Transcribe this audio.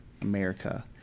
america